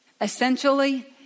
Essentially